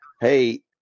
hey